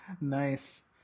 Nice